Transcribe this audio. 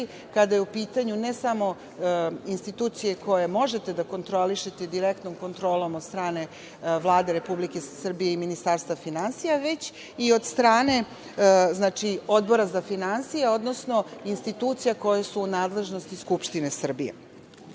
kada su u pitanju ne samo institucije koje možete da kontrolišete direktnom kontrolom od strane Vlade Republike Srbije i Ministarstva finansija, već i od strane Odbora za finansije, odnosno institucija koje su u nadležnosti Narodne